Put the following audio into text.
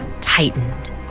tightened